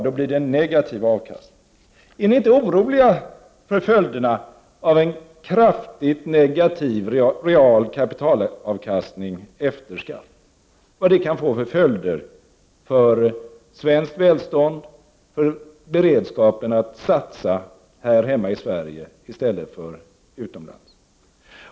Är ni inte oroliga för vilka följder en kraftigt negativ real kapitalavkastning efter skatt kan få för svenskt välstånd, för beredskapen att satsa här hemma i Sverige i stället för utomlands?